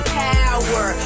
power